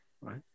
Right